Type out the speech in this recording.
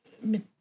mit